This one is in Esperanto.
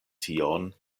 tion